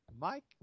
Mike